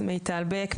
מיטל בק,